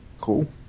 cool